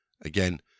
Again